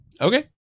Okay